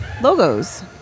logos